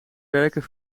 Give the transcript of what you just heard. werken